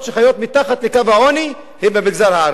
שחיות מתחת לקו העוני הן במגזר הערבי,